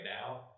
now